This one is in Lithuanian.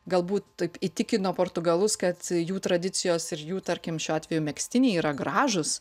galbūt įtikino portugalus kad jų tradicijos ir jų tarkim šiuo atveju megztiniai yra gražūs